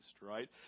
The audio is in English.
Right